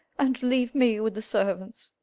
and leave me with the servants.